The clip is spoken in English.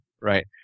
right